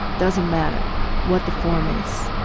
doesn't matter what the form is.